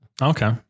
Okay